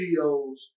videos